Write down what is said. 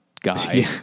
guy